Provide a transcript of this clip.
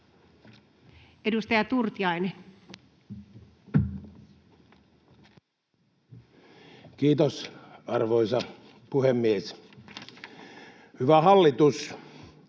Edustaja Turtiainen. Kiitos, arvoisa puhemies! Hyvä hallitus,